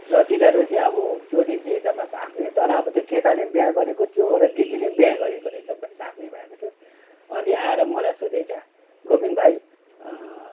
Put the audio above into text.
र तिनीहरू चाहिँ अब त्यो दिन चाहिँ एकदमै भाग्ने तर अब त्यो केटाले पनि बिहा गरेको त्यो एउटा दिदीले पनि बिहा गरेको रहेछ भाग्ने भएको थियो अनि आएर मलाई सोध्यो क्या गोविन्द भाइ